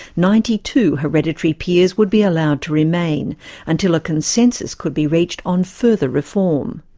ninety two hereditary peers would be allowed to remain until a consensus could be reached on further reform.